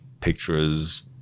pictures